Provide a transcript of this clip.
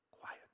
quiet